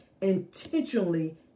intentionally